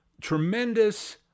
tremendous